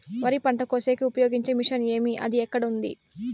వరి పంట కోసేకి ఉపయోగించే మిషన్ ఏమి అది ఎక్కడ ఉంది?